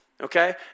okay